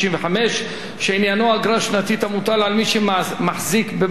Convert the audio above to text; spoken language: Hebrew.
שעניינו אגרה שנתית המוטלת על מי שמחזיק במקלט טלוויזיה,